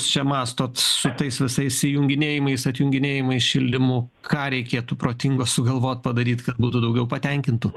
čia mąstot su tais visais įjunginėjimais atjunginėjimais šildymų ką reikėtų protingo sugalvot padaryt kad būtų daugiau patenkintų